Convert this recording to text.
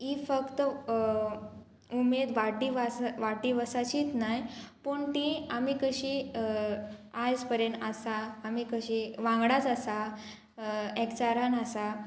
ही फक्त उमेद वाटीदिवसा वसाचीच नाय पूण ती आमी कशी आयज परेन आसा आमी कशी वांगडाच आसा एक्चारान आसा